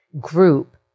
group